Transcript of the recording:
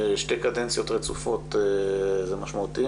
שתי קדנציות רצופות זה משמעותי,